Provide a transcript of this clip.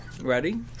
Ready